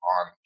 on